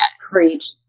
Preach